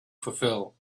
fulfill